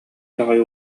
баҕайы